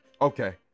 Okay